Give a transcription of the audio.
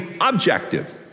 objective